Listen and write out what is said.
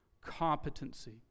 competency